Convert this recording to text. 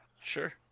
sure